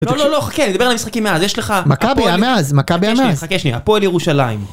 לא לא לא חכה, אני מדבר על המשחקים מאז, יש לך... מכבי היה מאז, מכבי היה מאז. חכה שנייה, פה אל ירושלים.